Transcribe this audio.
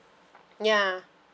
ya